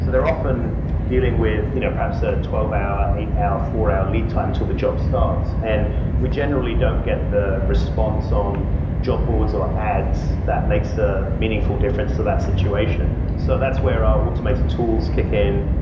they're often dealing with you know perhaps a twelve hour, eight hour, four hour lead time till the job starts, and we generally don't get the response on job boards or ads that makes a meaningful difference to that situation. so that's where our automated tools kick in.